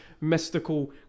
mystical